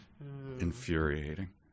infuriating